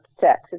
sex